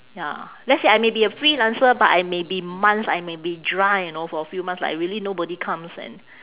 ya let's say I may be a freelancer but I may be months I may be dry you know for a few months like I really nobody comes and